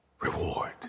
reward